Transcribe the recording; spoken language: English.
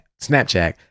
Snapchat